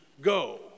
go